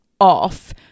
off